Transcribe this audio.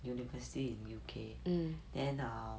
university in U_K then err